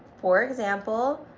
for example,